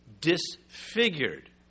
disfigured